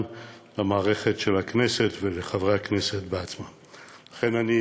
למערכת של הכנסת ולחברי הכנסת בעצמם לעסוק בהן.